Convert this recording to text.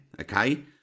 okay